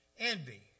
Envy